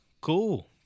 Cool